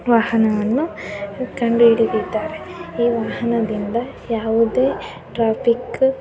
ವಾಹನವನ್ನು ಕಂಡುಹಿಡಿದಿದ್ದಾರೆ ಈ ವಾಹನದಿಂದ ಯಾವುದೇ ಟ್ರಾಫಿಕ್ಕ್